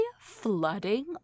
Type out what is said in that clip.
flooding